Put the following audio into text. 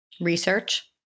Research